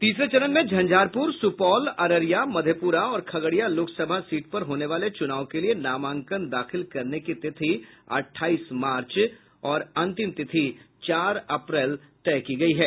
तीसरे चरण में झंझारपुर सुपौल अररिया मधेपुरा और खगड़िया लोकसभा सीट पर होने वाले चुनाव के लिए नामांकन दाखिल करने की तिथि अठाईस मार्च और अंतिम तिथि चार अप्रैल तय की गई है